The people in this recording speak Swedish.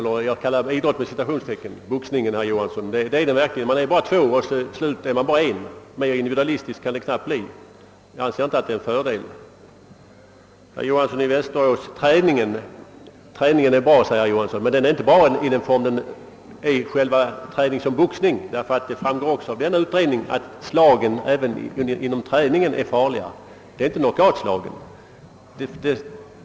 Det är den verkligen, herr Dockered, ty det är bara två med och till slut ofta bara en. Mer individualistiskt kan det knappast bli och jag anser inte att det är en fördel. Herr Johanson i Västervik sade att träningen är bra. Men boxningsträningen är inte bra, ty det framgår också av utredningen att även slagen vid träning är farliga, inte bara knockoutslagen.